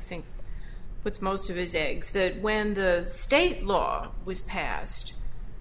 think it's most of his eggs that when the state law was passed